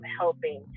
helping